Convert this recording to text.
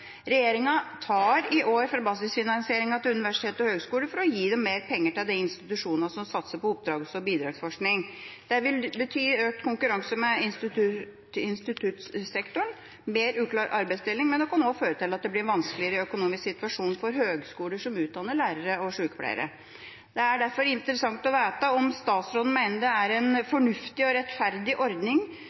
Regjeringa tar i år fra basisfinansieringen til universitet og høgskoler for å gi mer penger til de institusjonene som satser på oppdrags- og bidragsforskning. Det vil bety økt konkurranse med instituttsektoren og mer uklar arbeidsdeling, men det kan også føre til at det blir en vanskeligere økonomisk situasjon for høgskoler som utdanner lærere og sykepleiere. Det er derfor interessant å vite om statsråden mener det er en fornuftig og rettferdig ordning